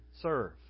serve